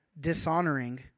dishonoring